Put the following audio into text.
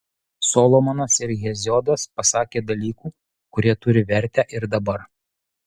solomonas ir heziodas pasakė dalykų kurie turi vertę ir dabar